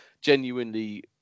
genuinely